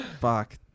fuck